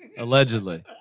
Allegedly